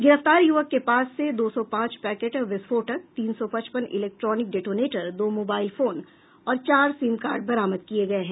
गिरफ्तार युवक के पास से दो सौ पांच पैकेट विस्फोटक तीन सौ पचपन इलेक्ट्रॉनिक डेटोनेटर दो मोबाईल फोन और चार सीम कार्ड बरामद किये गये हैं